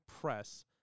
press